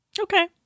Okay